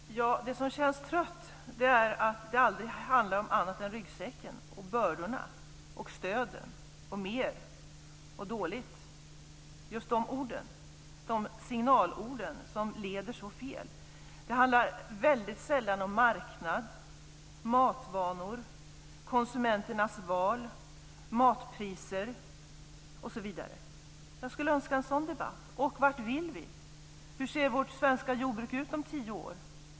Fru talman! Det som känns tröttsamt är att det aldrig handlar om något annat än om ryggsäcken, bördorna, stöden, mer och dåligt - just de signalord som leder så fel. Det handlar väldigt sällan om marknad, matvanor, konsumenternas val, matpriser osv. Jag skulle önska en sådan debatt. Vart vill vi? Hur ser vårt svenska jordbruk ut om tio år?